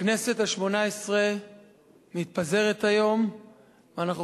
הכנסת השמונה-עשרה מתפזרת היום ואנחנו